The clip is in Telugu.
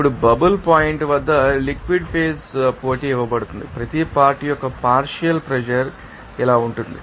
ఇప్పుడు బబుల్ పాయింట్ వద్ద లిక్విడ్ ఫేజ్ పోటీ ఇవ్వబడుతుంది ప్రతి పార్ట్ యొక్క పార్షియల్ ప్రెషర్ ఇలా ఉంటుంది